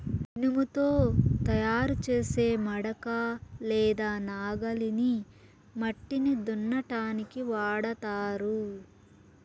ఇనుముతో తయారు చేసే మడక లేదా నాగలిని మట్టిని దున్నటానికి వాడతారు